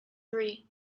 three